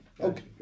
Okay